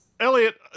Elliot